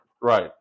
Right